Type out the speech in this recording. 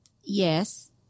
Yes